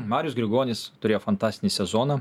marius grigonis turėjo fantastinį sezoną